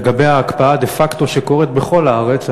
לגבי ההקפאה דה-פקטו שקורית בכל הארץ,